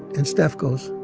and steph goes,